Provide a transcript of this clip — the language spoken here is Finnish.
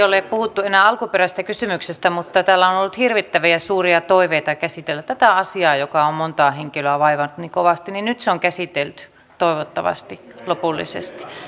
ole puhuttu enää alkuperäisestä kysymyksestä mutta täällä on ollut hirvittävän suuria toiveita käsitellä tätä asiaa joka on montaa henkilöä vaivannut niin kovasti niin nyt se on käsitelty toivottavasti lopullisesti